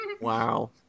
Wow